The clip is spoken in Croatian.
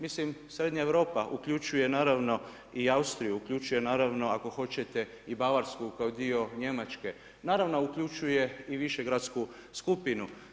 Mislim Srednja Europa uključuje naravno i Austriju, uključuje naravno ako hoćete i Bavarsku kao dio Njemačke, naravno uključuje i Višegradsku skupinu.